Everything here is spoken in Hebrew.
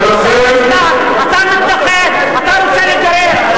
ולכן, אתה גנב, אתה, אתה, מתנחל, אתה רוצה לגרש,